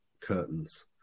curtains